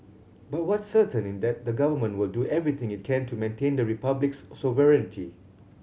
but what's certain in that the government will do everything it can to maintain the Republic's sovereignty